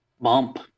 Bump